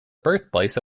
birthplace